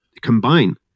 combine